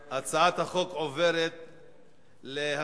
ההצעה להעביר את הצעת חוק ההוצאה לפועל (תיקון מס' 29)